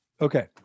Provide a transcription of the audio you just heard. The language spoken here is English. Okay